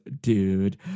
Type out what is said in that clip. dude